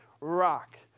rock